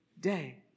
day